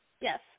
Yes